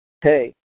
Hey